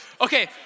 Okay